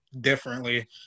differently